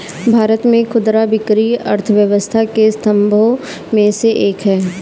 भारत में खुदरा बिक्री अर्थव्यवस्था के स्तंभों में से एक है